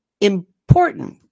important